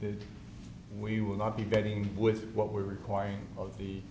that we will not be getting with what we're requiring of the